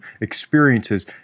experiences